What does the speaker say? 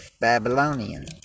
Babylonian